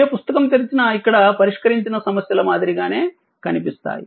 ఏ పుస్తకం తెరిచినా ఇక్కడ పరిష్కరించిన సమస్యల మాదిరిగానే కనిపిస్తాయి